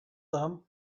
them